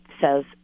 says